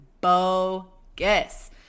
bogus